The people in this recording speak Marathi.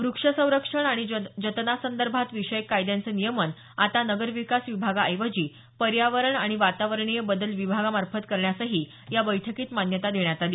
वृक्ष संरक्षण आणि जतनासंदर्भात विषयक कायद्याचं नियमन आता नगरविकास विभागाऐवजी पर्यावरण आणि वातावरणीय बदल विभागामार्फत करण्यासही या बैठकीत मान्यता देण्यात आली